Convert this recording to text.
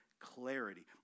clarity